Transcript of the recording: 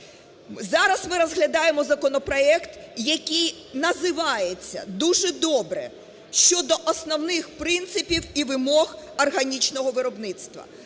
Зараз ми розглядаємо законопроект, який називається дуже добре "щодо основних принципів і вимог органічного виробництва",